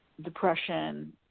depression